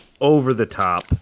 over-the-top